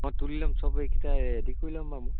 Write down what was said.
অঁ তুলি ল'ম চব এইকেইটাই ৰেডি কৰি ল'ম বাৰু মই